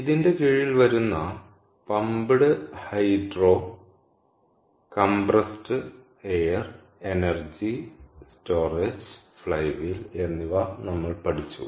ഇതിന്റെ കീഴിൽ വരുന്ന pumped hydro compressed air energy storage flywheel എന്നിവ നമ്മൾ പഠിച്ചു